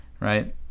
right